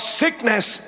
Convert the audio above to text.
sickness